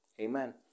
Amen